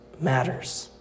Matters